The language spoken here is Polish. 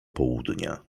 południa